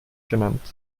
genannt